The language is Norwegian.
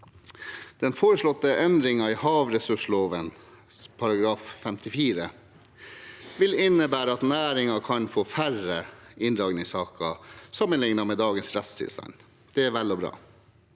Den foreslåtte endringen i havressurslova § 54 vil innebære at næringen kan få færre inndragningssaker sammenliknet med dagens rettstilstand. Det er vel og bra.